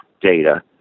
data